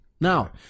Now